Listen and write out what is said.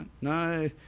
No